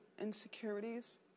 insecurities